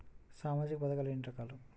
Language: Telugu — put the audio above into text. సామాజిక పథకాలు ఎన్ని రకాలు?